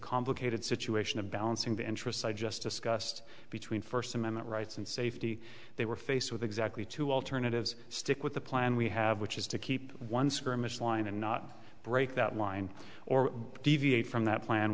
complicated situation of balancing the interests i just discussed between first amendment rights and safety they were faced with exactly two alternatives stick with the plan we have which is to keep one skirmish line and not break that line or deviate from that plan